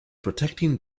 protecting